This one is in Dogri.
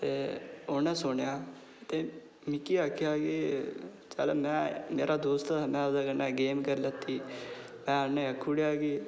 ते उ'न्नै सुनेआ ते मिगी आक्खेआ की चल में मेरा दोस्त में ओह्दे कन्नै गेम करी लैती में आक्खी ओड़ेआ कि